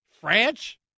French